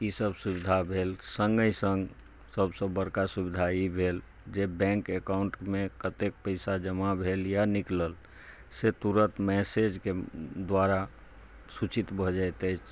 ईसब सुविधा भेल संगे संग सबसे बड़का सुविधा ई भेल जे बैंक अकाउंटमे कतेक पैसा जमा भेलैया निकलल से तुरत मैसेज के द्वारा सूचित भऽ जायत अछि